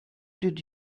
did